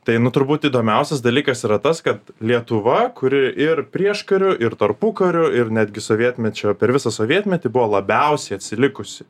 tai nu turbūt įdomiausias dalykas yra tas kad lietuva kuri ir prieškariu ir tarpukariu ir netgi sovietmečio per visą sovietmetį buvo labiausiai atsilikusi